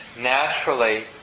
naturally